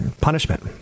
punishment